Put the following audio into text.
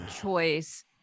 choice